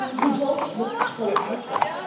you both look so alpha.